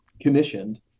commissioned